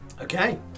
Okay